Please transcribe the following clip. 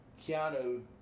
Keanu